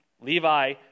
Levi